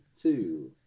two